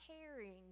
caring